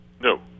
No